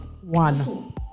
One